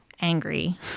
angry